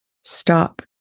Stop